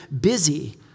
busy